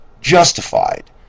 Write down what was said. justified